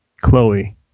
Chloe